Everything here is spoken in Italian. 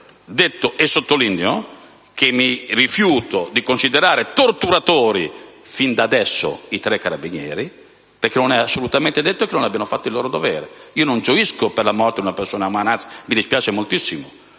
detto, e lo sottolineo, che mi rifiuto di considerare torturatori fin da adesso i tre carabinieri, perché non è assolutamente detto che non abbiano fatto il loro dovere. Non gioisco per la morte di una persona. Mi dispiace davvero